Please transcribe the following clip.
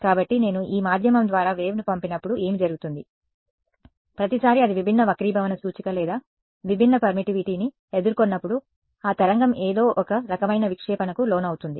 కాబట్టి నేను ఈ మాధ్యమం ద్వారా వేవ్ను పంపినప్పుడు ఏమి జరుగుతుంది ప్రతిసారీ అది విభిన్న వక్రీభవన సూచిక లేదా విభిన్న పర్మిటివిటీని ఎదుర్కొన్నప్పుడు ఆ తరంగం ఏదో ఒక రకమైన విక్షేపణకు లోనవుతుంది